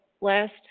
last